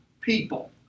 people